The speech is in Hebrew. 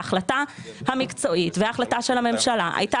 וההחלטה המקצועית וההחלטה של הממשלה הייתה